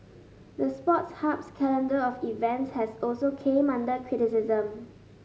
the Sports Hub's calendar of events has also came under criticism